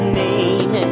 name